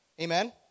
Amen